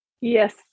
Yes